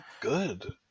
good